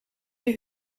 die